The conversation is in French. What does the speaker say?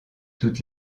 toutes